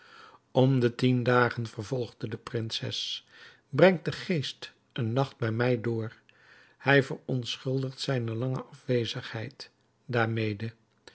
om de tien dagen vervolgde de prinses brengt de geest een nacht bij mij door hij verontschuldigt zijne lange afwezigheid daarmede